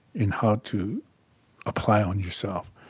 and how to apply on yourself.